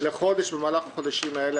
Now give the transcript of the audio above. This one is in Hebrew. לחודש במהלך החודשים האלה.